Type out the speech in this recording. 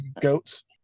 Goats